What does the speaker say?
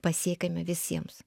pasiekiami visiems